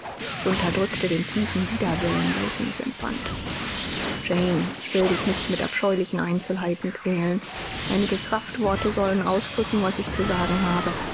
ich unterdrückte den tiefen widerwillen welchen ich empfand jane ich will dich nicht mit abscheulichen einzelheiten quälen einige kraftworte sollen ausdrücken was ich zu sagen habe